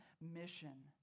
mission